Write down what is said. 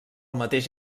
mateix